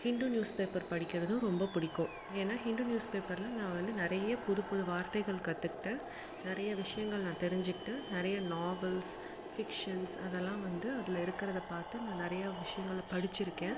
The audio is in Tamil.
ஹிண்டு நியூஸ் பேப்பர் படிக்குறதும் ரொம்ப பிடிக்கும் ஏன்னா ஹிண்டு நியூஸ் பேப்பரில் நான் வந்து நிறைய புதுபுது வார்த்தைகள் கற்றுக்கிட்டேன் நிறைய விஷயங்கள் நான் தெரிஞ்சிக்கிட்டேன் நிறைய நாவல்ஸ் ஃபிக்ஷன்ஸ் அதெல்லாம் வந்து அதில் இருக்கிறத பார்த்து நான் நிறையா விஷயங்கள படிச்சிருக்கேன்